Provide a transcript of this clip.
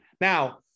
Now